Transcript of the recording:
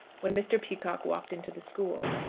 when mr. peacocke walked into the school.